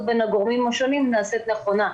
בין הגורמים השונים נעשית באופן נכון,